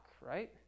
right